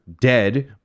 dead